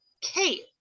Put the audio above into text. kate